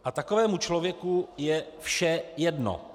A takovému člověku je vše jedno.